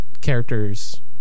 characters